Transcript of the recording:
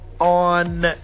on